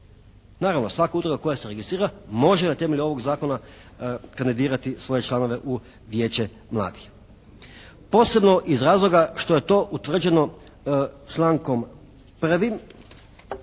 Naravno svaka udruga koja se registrira može na temelju ovog zakona kandidirati svoje članove u Vijeće mladih. Posebno iz razloga što je to utvrđeno člankom 1.